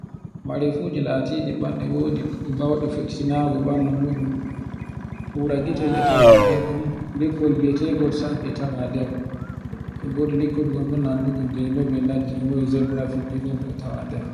Marefuji latiɗi banɗe wodi gauɗe sinago bandu muɗum hura gitel e tawa nder ɗum likkol bi'etekol sab tawa nder. E wodi likkol gondu nandugol denugol ladde zebre fiɗɗi ɗo e tawa nder